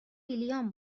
ویلیام